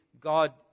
God